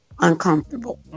Uncomfortable